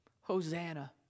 Hosanna